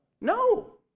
No